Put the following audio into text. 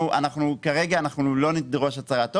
כרגע אנחנו לא נדרוש הצהרת הון.